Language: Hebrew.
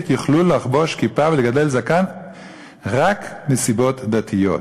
יוכלו לחבוש כיפה ולגדל זקן רק מסיבות דתיות,